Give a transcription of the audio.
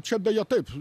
čia beje taip